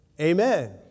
Amen